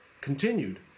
continued